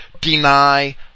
deny